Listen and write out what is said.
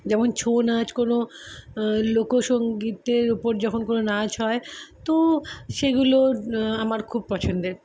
যেমন ছো নাচ কোনো লোকসঙ্গীতের উপর যখন কোনো নাচ হয় তো সেগুলো আমার খুব পছন্দের